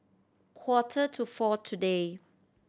quarter to four today